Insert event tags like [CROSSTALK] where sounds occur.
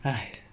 [BREATH]